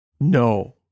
no